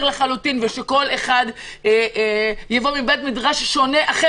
לחלוטין ושכל אחד יבוא מבית מדרש אחר ושונה.